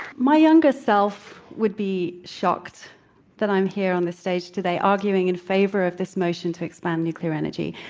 my younger self would be shocked that i'm here on the stage today arguing in favor of this motion to expand nuclear energy.